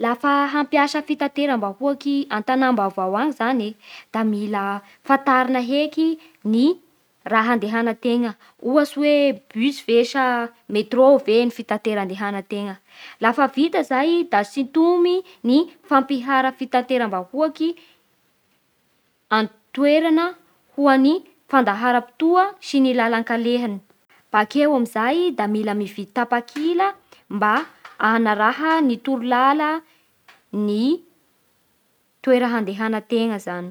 lafa mampiasa fitateram-bahoaky an-tàna-baovao any zagne, da mila fantarina heky ny raha handehanantena, ohatsy hoe bus ve sa métro ve ny fitatera handehantena. Lafa vita zay da sitomy ny fampihara fitateram-bahoaky antoerana ho an'ny fandahara-potoa sy lalàn-kalehany. bakeo amin'izay da mila mividy tapakila mba anaraha nyb torolalàn'ny toera andehanantegna zany.